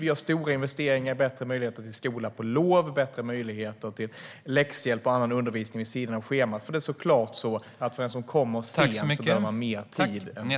Vi gör stora investeringar i bättre möjligheter till skola på lov och läxhjälp och även till andra möjligheter vid sidan av schemat. Den som kommer sent behöver såklart mer tid än andra.